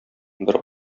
бер